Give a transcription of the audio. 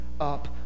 up